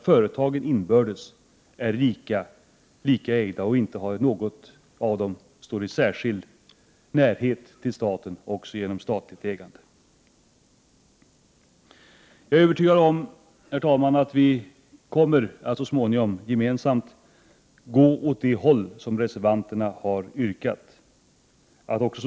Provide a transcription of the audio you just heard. Företagen skall vara ägda på ett likartat sätt, och inget av dem skall stå i särskild närhet till staten genom statligt ägande. Herr talman! Jag är övertygad om att vi så småningom kommer att gemensamt gå åt det håll som reservanternas yrkande leder.